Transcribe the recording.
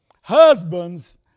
husbands